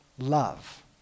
Love